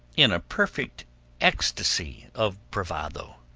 in a perfect ecstasy of bravado.